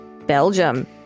Belgium